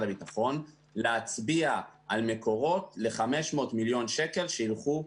הביטחון להצביע על מקורות ל-500 מיליון שקלים שילכו למיגון.